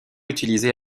utilisés